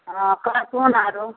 हँ कहथुन आओर